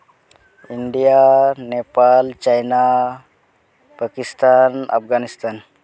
India Nepal China Pakistan Afghanistan